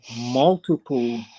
multiple